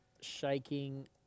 shaking